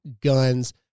guns